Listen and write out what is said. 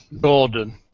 Gordon